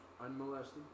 unmolested